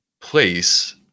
place